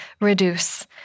reduce